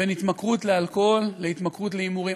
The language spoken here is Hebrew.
התמכרות לאלכוהול והתמכרות להימורים.